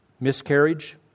miscarriage